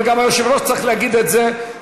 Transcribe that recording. וגם היושב-ראש צריך להגיד את זה,